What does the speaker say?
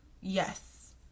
yes